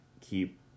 keep